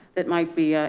that might be a,